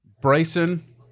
Bryson